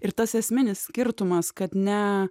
ir tas esminis skirtumas kad ne